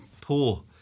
poor